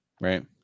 Right